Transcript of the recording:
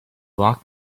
rock